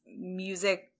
music